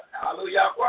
hallelujah